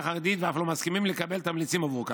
חרדית ואף לא מסכימים לקבל תמריצים עבור כך.